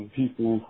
people